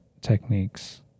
techniques